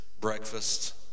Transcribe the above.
breakfast